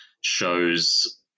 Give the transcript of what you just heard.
shows